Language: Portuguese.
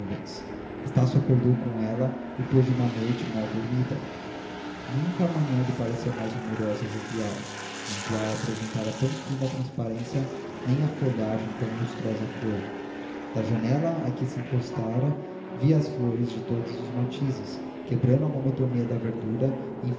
nuvens estácio acordou com ela depois de uma noite mal dormida nunca a manhã lhe pareceu mais rumorosa e jovial nunca o ar apresentara tão fina transparência nem a folhagem tão lustrosa cor da janela a que se encostara via as flores de todos os matizes quebrando a monotonia da verdura e